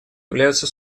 являются